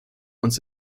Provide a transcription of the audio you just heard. uns